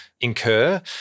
incur